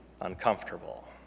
uncomfortable